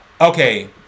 Okay